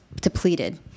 depleted